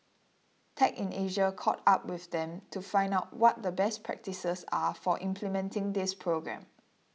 tech in Asia caught up with them to find out what the best practices are for implementing this program